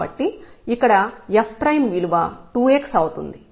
కాబట్టి ఇక్కడ f విలువ 2 x అవుతుంది